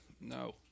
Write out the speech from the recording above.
No